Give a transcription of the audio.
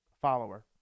follower